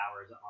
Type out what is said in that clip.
hours